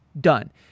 done